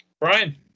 Brian